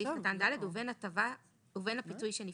בסעיף קטן (ד) ובין הפיצוי שנפסק,